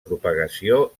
propagació